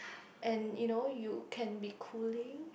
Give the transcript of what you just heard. and you know you can be cooling